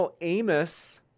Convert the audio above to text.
Amos